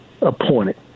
appointed